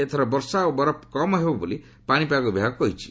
ଏଥର ବର୍ଷା ଓ ବରଫ କମ୍ ହେବ ବୋଲି ପାଣିପାଗ ବିଭାଗ କହିଛି